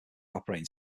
operating